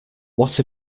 what